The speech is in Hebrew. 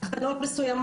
או בתחנות מסוימות.